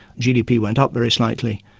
gdp went up very slightly,